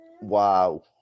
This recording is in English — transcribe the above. Wow